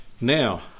Now